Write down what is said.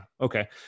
okay